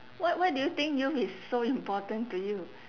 what why do you think youth is so important to you